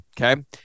okay